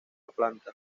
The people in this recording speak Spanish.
planta